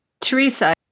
Teresa